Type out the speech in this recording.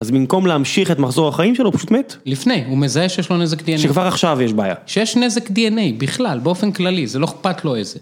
אז במקום להמשיך את מחזור החיים שלו, הוא פשוט מת? לפני, הוא מזהה שיש לו נזק דנ"א. שכבר עכשיו יש בעיה. שיש נזק דנ"א בכלל, באופן כללי, זה לא אכפת לו איזה.